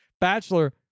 Bachelor